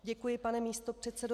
Děkuji, pane místopředsedo.